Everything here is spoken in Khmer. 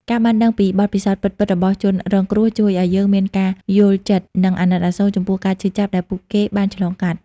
ការបានដឹងពីបទពិសោធន៍ពិតៗរបស់ជនរងគ្រោះជួយឲ្យយើងមានការយល់ចិត្ត និងអាណិតអាសូរចំពោះការឈឺចាប់ដែលពួកគេបានឆ្លងកាត់។